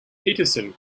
petersen